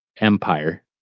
Empire